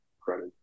credit